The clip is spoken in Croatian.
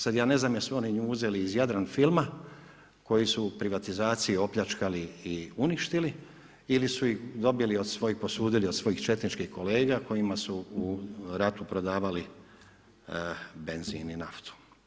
Sad ja ne znam, jel su oni nju uzeli iz Jadran filma, koji su u privatizaciji opljačkali i uništili ili su ih dobili, posudili od svojih četničkih kolega, kojima su u ratu prodavali benzin i naftu.